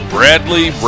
Bradley